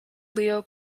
leo